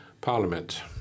Parliament